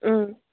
ꯎꯝ